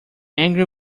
angry